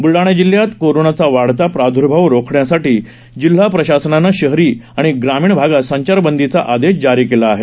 ब्लढाणा जिल्ह्यात कोरोनाचा वाढता प्रादर्भाव रोखण्यासाठी जिल्हा प्रशासनाने शहरी आणि ग्रामीण भागात संचारबंदीचा आदेश जारी केला आहे